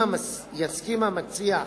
אם יסכים המציע,